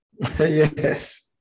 Yes